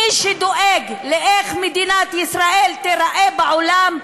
מי שדואג לאיך מדינת ישראל תיראה בעולם,